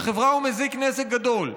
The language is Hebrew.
לחברה הוא מזיק נזק גדול.